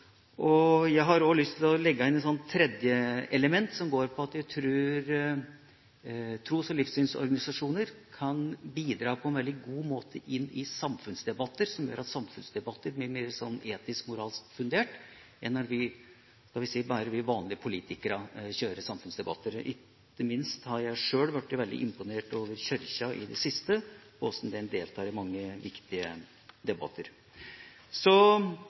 Jeg har lyst til å legge inn også et tredje element, som går på at tros- og livssynsorganisasjoner kan bidra på en veldig god måte i samfunnsdebatter, noe som gjør at de blir langt mer etisk og moralsk fundert enn når bare vi vanlige politikere kjører samfunnsdebatter. Ikke minst har jeg sjøl blitt veldig imponert over Kirken i det siste, over hvordan den deltar i mange viktige debatter.